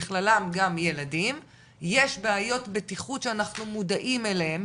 בכללם גם ילדים - יש בעיות בטיחות שאנחנו מודעים אליהם,